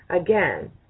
Again